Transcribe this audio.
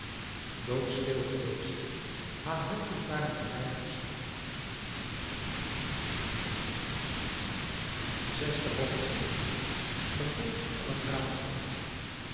doodstil geweest haar handjes waren een weinig geschaafd zesde hoofdstuk begin van een raadsel